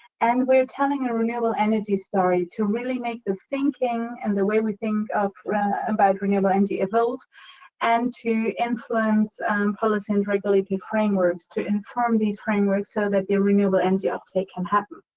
and we're telling a renewable energy story to really make the thinking and the way we think about renewable energy evolve and to influence policy and regulation frameworks to inform these frameworks so that the renewable energy uptake can happen.